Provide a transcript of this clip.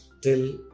till